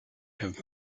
have